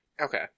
Okay